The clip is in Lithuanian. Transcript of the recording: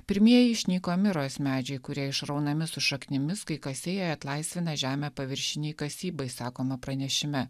pirmieji išnyko miros medžiai kurie išraunami su šaknimis kai kasėjai atlaisvina žemę paviršiniai kasybai sakoma pranešime